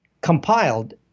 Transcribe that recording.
compiled